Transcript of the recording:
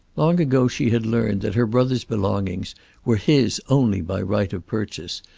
long ago she had learned that her brother's belongings were his only by right of purchase,